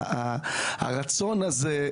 הרצון הזה,